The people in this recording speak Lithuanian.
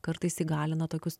kartais įgalina tokius